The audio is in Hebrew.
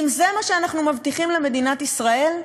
אם זה מה שאנחנו מבטיחים למדינת ישראל?